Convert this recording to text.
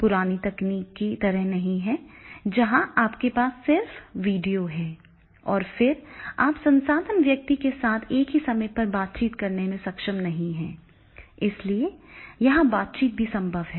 पुरानी तकनीक की तरह नहीं जहां आपके पास सिर्फ वीडियो हैं और फिर आप संसाधन व्यक्ति के साथ एक ही समय में बातचीत करने में सक्षम नहीं हैं इसलिए यहां बातचीत भी संभव है